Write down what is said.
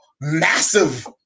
Massive